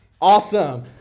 Awesome